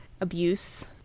abuse